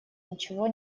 ничего